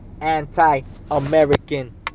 Anti-American